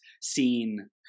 seen